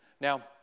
Now